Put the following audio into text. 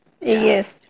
yes